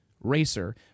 racer